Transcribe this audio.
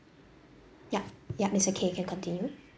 yup yup it's okay can continue